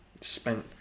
Spent